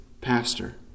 pastor